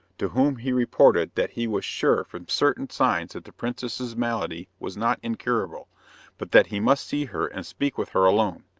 to whom he reported that he was sure from certain signs that the princess's malady was not incurable but that he must see her and speak with her alone.